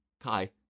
Kai